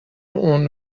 اون